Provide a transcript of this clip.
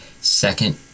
second